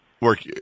Work